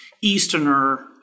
Easterner